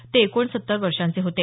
ते एकोणसत्तर वर्षांचे होते